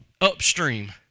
upstream